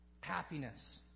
happiness